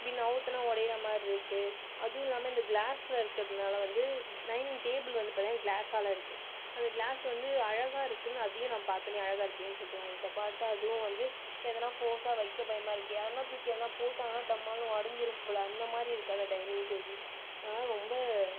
இப்படி நகத்துனா உடயிற மாதிரி இருக்குது அதுவும் இல்லாமல் இந்த கிளாஸ்சில் இருக்கிறதுனால வந்து டைனிங் டேபிள் வந்து பார்த்தீங்கனா கிளாஸாசில் இருக்குது அது கிளாஸ் வந்து அழகாக இருக்குதுனு அதையும் நான் பார்த்தோனே அழகாக இருக்கேனு சொல்லிட்டு வாங்கிவிட்டேன் பார்த்தா அதுவும் வந்து எதனால் ஃபோர்ஸாக வைக்க பயமாக இருக்கே யாருனால் தூக்கி எதனால் போட்டாங்கனால் டமாலுனு உடஞ்சிடும் போல் அந்த மாதிரி இருக்குது அந்த டைனிங் டேபிள் அதனால் ரொம்ப